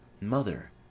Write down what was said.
mother